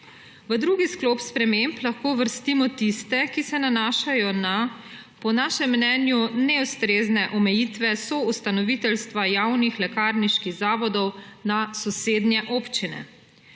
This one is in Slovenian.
V drugi sklop sprememb lahko uvrstimo tiste, ki se nanašajo na po našem mnenju neustrezne omejitve soustanoviteljstva javnih lekarniških zavodov na sosednje občine.